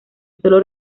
solo